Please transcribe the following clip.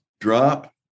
drop